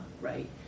right